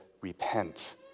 repent